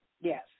Yes